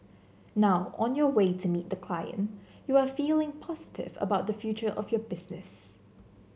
now on your way to meet the client you are feeling positive about the future of your business